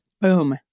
boom